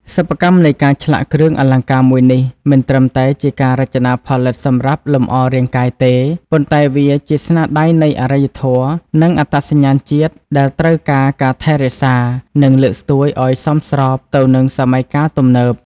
សិប្បកម្មនៃការឆ្លាក់គ្រឿងអលង្ការមួយនេះមិនត្រឹមតែជាការរចនាផលិតសម្រាប់លម្អរាងកាយទេ ប៉ុន្តែវាជាស្នាដៃនៃអរិយធម៌ និងអត្តសញ្ញាណជាតិដែលត្រូវការការថែរក្សា និងលើកស្ទួយឲ្យសមស្របទៅនឹងសម័យកាលទំនើប។